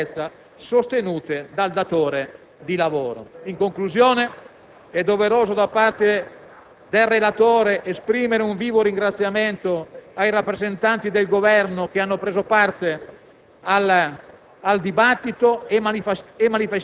per una quota delle spese di formazione per la sicurezza sostenute dal datore di lavoro. In conclusione, è doveroso da parte del relatore esprimere un vivo ringraziamento ai rappresentanti del Governo che hanno preso parte